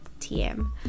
TM